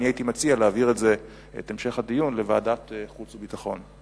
ואני הייתי מציע להעביר את המשך הדיון לוועדת החוץ והביטחון.